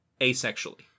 asexually